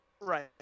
right